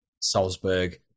Salzburg